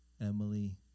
Emily